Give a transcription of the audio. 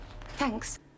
Thanks